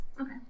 Okay